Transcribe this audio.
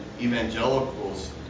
evangelicals